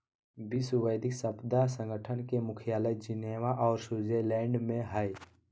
विश्व बौद्धिक संपदा संगठन के मुख्यालय जिनेवा औरो स्विटजरलैंड में हइ